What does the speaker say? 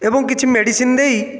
ଏବଂ କିଛି ମେଡ଼ିସିନ ଦେଇ